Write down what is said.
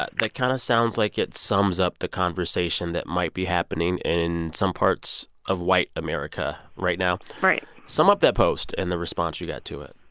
that kind of sounds like it sums up the conversation that might be happening in some parts of white america right now right sum up that post and the response you got to it